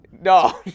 No